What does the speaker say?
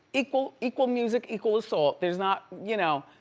equal equal music, equal assault, there's not, you know.